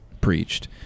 preached